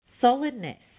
solidness